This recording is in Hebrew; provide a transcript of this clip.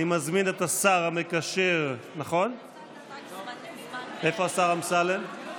אני מזמין את השר המקשר, איפה השר אמסלם?